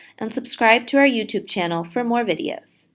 and subscribe to our youtube channel for more videos.